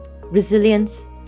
resilience